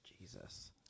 Jesus